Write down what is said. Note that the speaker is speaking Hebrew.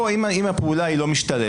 פה אם הפעולה לא משתלמת,